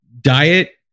diet